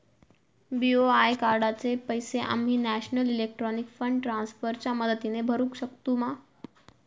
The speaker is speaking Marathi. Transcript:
बी.ओ.आय कार्डाचे पैसे आम्ही नेशनल इलेक्ट्रॉनिक फंड ट्रान्स्फर च्या मदतीने भरुक शकतू मा?